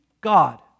God